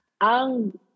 Ang